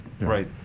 right